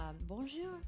Bonjour